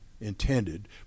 intended